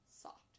soft